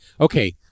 Okay